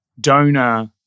donor